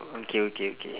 okay okay okay